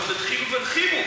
אבל בדחילו ורחימו,